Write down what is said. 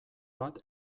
bat